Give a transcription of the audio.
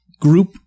group